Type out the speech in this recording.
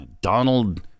Donald